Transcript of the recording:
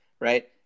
right